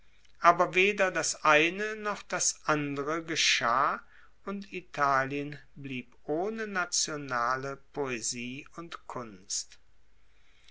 aber weder das eine noch das andere geschah und italien blieb ohne nationale poesie und kunst